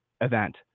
event